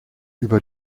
über